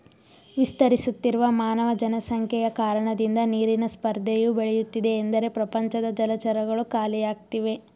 ವಿಸ್ತರಿಸುತ್ತಿರುವ ಮಾನವ ಜನಸಂಖ್ಯೆಯ ಕಾರಣದಿಂದ ನೀರಿನ ಸ್ಪರ್ಧೆಯು ಬೆಳೆಯುತ್ತಿದೆ ಎಂದರೆ ಪ್ರಪಂಚದ ಜಲಚರಗಳು ಖಾಲಿಯಾಗ್ತಿವೆ